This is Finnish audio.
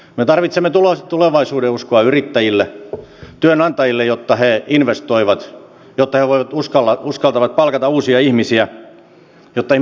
me tarvitsemme tulevaisuudenuskoa yrittäjille työnantajille jotta he investoivat jotta he uskaltavat palkata uusia ihmisiä jotta ihmiset saavat työtä